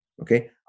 Okay